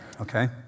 Okay